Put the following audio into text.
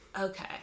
Okay